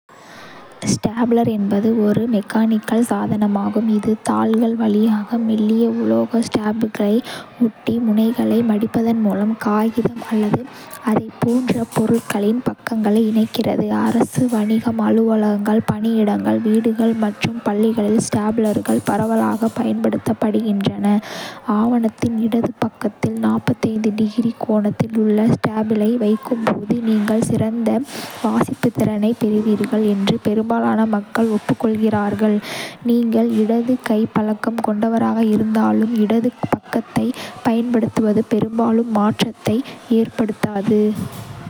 ஸ்டேப்லர் என்பது ஒரு மெக்கானிக்கல் சாதனமாகும், இது தாள்கள் வழியாக மெல்லிய உலோக ஸ்டேபிளை ஓட்டி முனைகளை மடிப்பதன் மூலம் காகிதம் அல்லது அதைப் போன்ற பொருட்களின் பக்கங்களை இணைக்கிறது. அரசு, வணிகம், அலுவலகங்கள், பணியிடங்கள், வீடுகள் மற்றும் பள்ளிகளில் ஸ்டேப்லர்கள் பரவலாகப் பயன்படுத்தப்படுகின்றன. ஆவணத்தின் இடது பக்கத்தில் 45-டிகிரி கோணத்தில் உங்கள் ஸ்டேபிளை வைக்கும் போது நீங்கள் சிறந்த வாசிப்புத்திறனைப் பெறுவீர்கள் என்று பெரும்பாலான மக்கள் ஒப்புக்கொள்கிறார்கள். நீங்கள் இடது கைப் பழக்கம் கொண்டவராக இருந்தாலும், இடது பக்கத்தைப் பயன்படுத்துவது பெரும்பாலும் மாற்றத்தை ஏற்படுத்தாது.